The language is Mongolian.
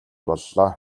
боллоо